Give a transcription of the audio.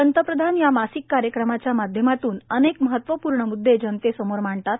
पंतप्रधान या मासिक कार्यक्रमाच्या माध्यमातून अनेक महत्वपूर्ण म्द्दे जनतेसमोर मांडतात